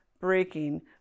breaking